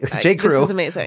J.Crew